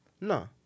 No